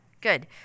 Good